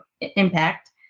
impact